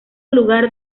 lugar